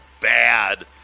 bad